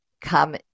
come